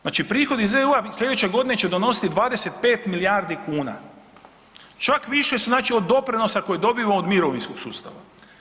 Znači prihodi iz EU-a slijedeće godine će donositi 25 milijardi kuna, čak više su znači od doprinosa koje dobivamo od mirovinskog sustava.